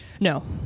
No